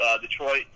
Detroit